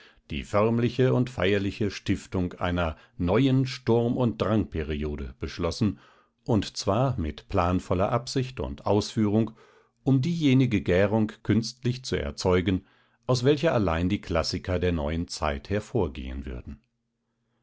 die förmliche und feierliche stiftung einer neuen sturm und drangperiode beschlossen und zwar mit planvoller absicht und ausführung um diejenige gärung künstlich zu erzeugen aus welcher allein die klassiker der neuen zeit hervorgehen würden